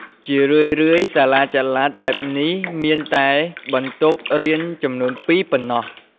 ជារឿយៗ សាលាចល័តបែបនេះមានតែបន្ទប់រៀនចំនួន ២ ប៉ុណ្ណោះ។